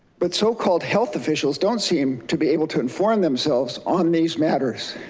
but so-called health officials don't seem to be able to inform themselves on these matters.